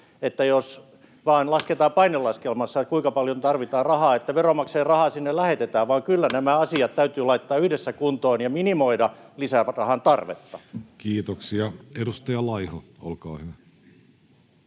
painelaskelmassa, kuinka paljon tarvitaan rahaa, ja että veronmaksajien rahaa sinne lähetetään, vaan kyllä täytyy laittaa nämä asiat yhdessä kuntoon ja minimoida lisärahan tarvetta. Kiitoksia. — Edustaja Laiho, olkaa hyvä.